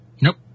Nope